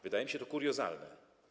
Wydaje mi się to kuriozalne.